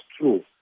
true